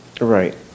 Right